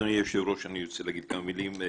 אדוני היושב-ראש, אני רוצה להגיד כמה מילים.